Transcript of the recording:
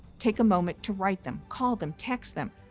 take a moment to write them, call them, text them,